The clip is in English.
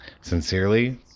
Sincerely